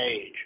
age